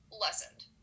lessened